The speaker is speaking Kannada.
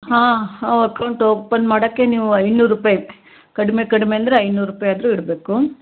ಹಾಂ ಅಕೌಂಟ್ ಓಪನ್ ಮಾಡೋಕ್ಕೆ ನೀವು ಐನೂರು ರೂಪಾಯಿ ಕಡಿಮೆ ಕಡಿಮೆ ಅಂದರೆ ಐನೂರು ರೂಪಾಯಿ ಆದರೂ ಇಡಬೇಕು